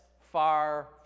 far